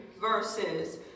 verses